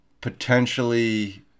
potentially